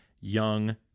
young